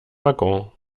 wagon